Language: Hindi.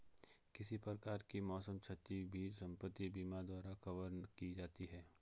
किसी प्रकार की मौसम क्षति भी संपत्ति बीमा द्वारा कवर की जाती है